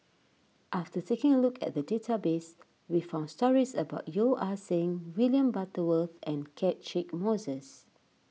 after taking a look at the database we found stories about Yeo Ah Seng William Butterworth and Catchick Moses